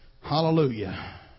Hallelujah